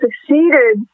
succeeded